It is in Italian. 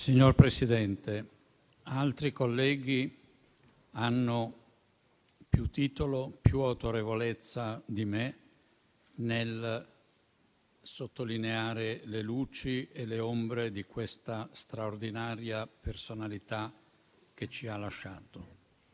Signor Presidente, altri colleghi hanno più titolo e più autorevolezza di me nel sottolineare le luci e le ombre di questa straordinaria personalità che ci ha lasciato.